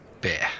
beer